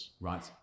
Right